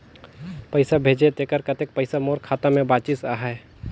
पइसा भेजे तेकर कतेक पइसा मोर खाता मे बाचिस आहाय?